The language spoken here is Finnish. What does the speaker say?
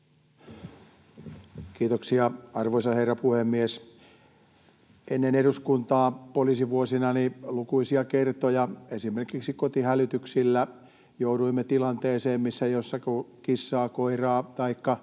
Kiitoksia, arvoisa herra puhemies! Ennen eduskuntaa, poliisivuosinani, lukuisia kertoja esimerkiksi kotihälytyksillä jouduimme tilanteeseen, jossa kissaa, koiraa taikka